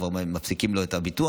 כבר מפסיקים לו את הביטוח,